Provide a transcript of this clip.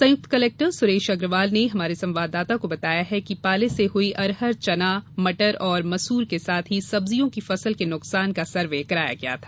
संयुक्त कलेक्टर सुरेश अग्रवाल ने हमारे संवाददाताओं को बताया कि पाले से हुई अरहर चना मटर और मसूर के साथ ही सब्जियों की फसल के नुकसान का सर्वे कराया गया था